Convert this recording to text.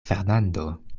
fernando